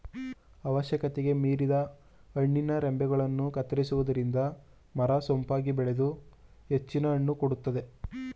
ಅವಶ್ಯಕತೆಗೆ ಮೀರಿದ ಹಣ್ಣಿನ ರಂಬೆಗಳನ್ನು ಕತ್ತರಿಸುವುದರಿಂದ ಮರ ಸೊಂಪಾಗಿ ಬೆಳೆದು ಹೆಚ್ಚಿನ ಹಣ್ಣು ಕೊಡುತ್ತದೆ